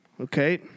Okay